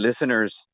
listeners